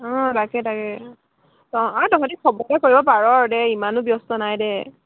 অঁ তাকে তাকে অঁ আৰু তহঁতি চবকে কৰিব পাৰ আৰু দে ইমানো ব্যস্ত নাই দে